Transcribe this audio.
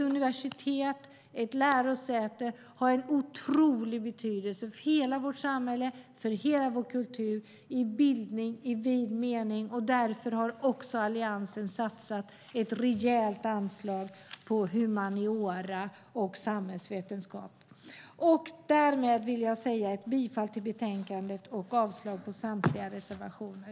Universitet och lärosäten har en stor betydelse för hela vårt samhälle och för hela vår kultur när det gäller bildning i vid mening. Därför har Alliansen satsat ett rejält anslag på humaniora och samhällsvetenskap. Därmed yrkar jag bifall till förslaget i betänkandet och avslag på samtliga reservationer.